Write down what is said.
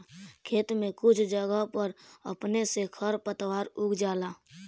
खेत में कुछ जगह पर अपने से खर पातवार उग जाला